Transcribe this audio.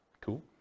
Cool